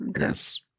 Yes